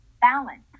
balance